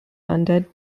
undead